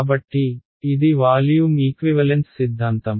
కాబట్టి ఇది volume equivalence సిద్ధాంతం